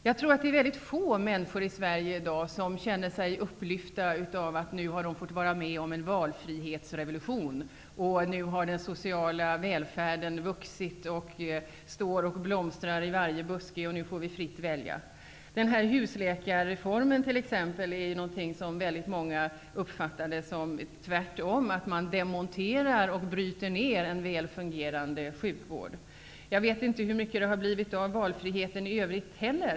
Jag tror att det är få människor i Sverige i dag som känner sig upplyftade av att de nu har varit med om en valfrihetsrevolution och som tycker att den sociala välfärden nu har vuxit och står och blomstrar i varje buske. T.ex. husläkarreformen uppfattas tvärtom av många som en nedmontering och nedbrytning av en väl fungerande sjukvård. Jag vet inte hur mycket det har blivit av valfriheten i övrigt heller.